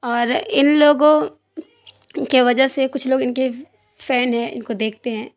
اور ان لوگوں کے وجہ سے کچھ لوگ ان کے فین ہیں ان کو دیکھتے ہیں